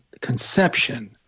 conception